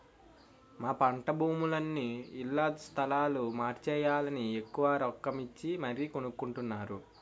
మా పంటభూములని ఇళ్ల స్థలాలుగా మార్చేయాలని ఎక్కువ రొక్కమిచ్చి మరీ కొనుక్కొంటున్నారు